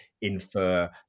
infer